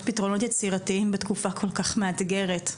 פתרונות יצירתיים בתקופה כל כך מאתגרת.